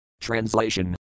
Translation